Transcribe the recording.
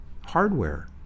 hardware